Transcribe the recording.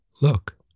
Look